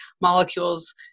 molecules